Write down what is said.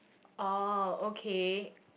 oh okay